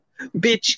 bitch